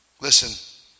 Listen